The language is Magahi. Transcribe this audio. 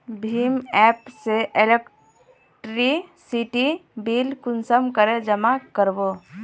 भीम एप से इलेक्ट्रिसिटी बिल कुंसम करे जमा कर बो?